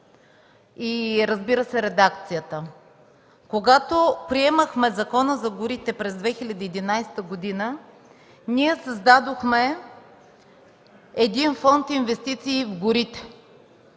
разбира се? Когато приемахме Закона за горите през 2011 г., ние създадохме един фонд „Инвестиции в горите”.